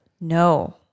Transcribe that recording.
No